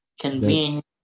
convenient